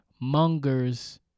Munger's